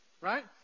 right